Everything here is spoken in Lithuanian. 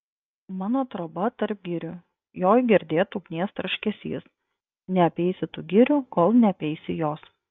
mano troba tarp girių joj girdėt ugnies traškesys neapeisi tų girių kol apeisi jos